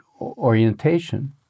orientation